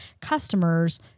customers